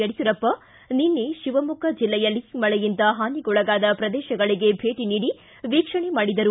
ಯಡಿಯೂರಪ್ಪ ನಿನ್ನೆ ಶಿವಮೊಗ್ಗ ಜಿಲ್ಲೆಯಲ್ಲಿ ಪ್ರವಾಹ ಮಳೆಯಿಂದ ಹಾನಿಗೊಳಗಾದ ಪ್ರದೇಶಗಳಿಗೆ ಭೇಟಿ ನೀಡಿ ವೀಕ್ಷಣೆ ಮಾಡಿದರು